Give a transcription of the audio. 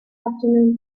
afternoon